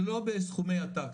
ולא בסכומי עתק,